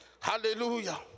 Hallelujah